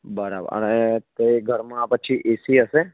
બરાબર અને કઈ ઘરમાં પછી એસી હશે